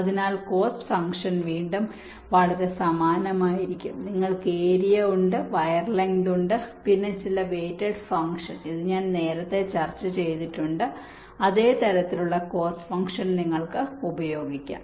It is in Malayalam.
അതിനാൽ കോസ്റ്റ് ഫംഗ്ഷൻ വീണ്ടും വളരെ സമാനമായിരിക്കും നിങ്ങൾക്ക് ഏരിയ ഉണ്ട് വയർ നീളം ഉണ്ട് പിന്നെ ചില വെയ്റ്റഡ് ഫംഗ്ഷൻ ഇത് ഞാൻ നേരത്തെ ചർച്ച ചെയ്തിട്ടുണ്ട് അതേ തരത്തിലുള്ള കോസ്റ്റ് ഫംഗ്ഷൻ നിങ്ങൾക്ക് ഉപയോഗിക്കാം